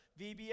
VBS